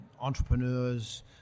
entrepreneurs